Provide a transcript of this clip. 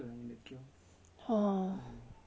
maybe this will take a bit more time ah